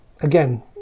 again